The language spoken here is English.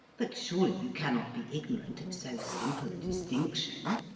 but surely you cannot be ignorant of so simple a distinction.